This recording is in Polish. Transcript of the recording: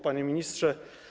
Panie Ministrze!